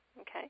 okay